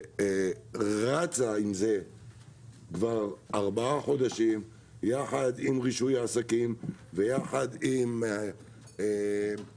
שרצה עם זה כבר ארבעה חודשים יחד עם רישוי העסקים ויחד עם הפיקוח,